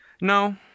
No